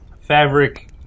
Fabric